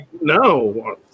No